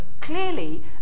clearly